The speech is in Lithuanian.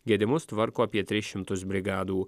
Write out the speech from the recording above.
gedimus tvarko apie tris šimtus brigadų